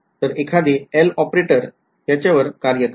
तर एखादे L operator त्याच्या वर कार्य करते